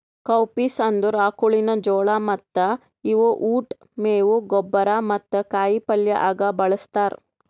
cowpeas ಅಂದುರ್ ಆಕುಳಿನ ಜೋಳ ಮತ್ತ ಇವು ಉಟ್, ಮೇವು, ಗೊಬ್ಬರ ಮತ್ತ ಕಾಯಿ ಪಲ್ಯ ಆಗ ಬಳ್ಸತಾರ್